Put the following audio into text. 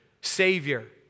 Savior